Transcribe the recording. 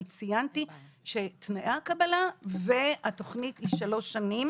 ציינתי שתנאי הקבלה והתוכנית היא שלוש שנים,